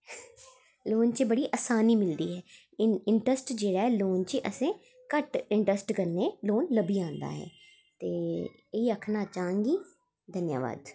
loan च बड़ी आसानी मिलदी ऐ इंटरस्ट जेह्ड़ा ऐ लोन च असें घट्ट इंटरस्ट कन्नै लोन लब्भी जांदा ऐ ते एह् आखना चाहंगी धन्यबाद